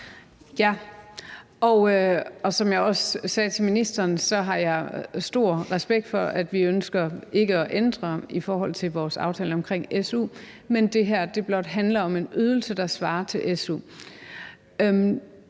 (DF): Som jeg også sagde til ministeren, har jeg stor respekt for, at man ikke ønsker at ændre noget i forhold til vores aftale omkring su. Det her handler blot om en ydelse, der svarer til su.